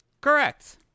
Correct